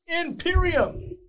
Imperium